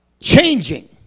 Changing